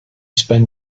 spent